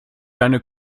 deine